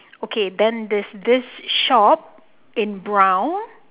okay then there's this shop in brown